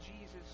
Jesus